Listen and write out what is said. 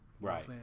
right